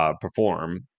perform